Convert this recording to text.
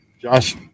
Josh